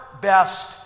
best